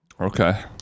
okay